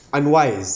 unwise